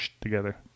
together